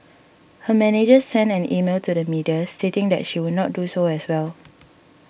her manager sent an email to the media stating that she would not do so as well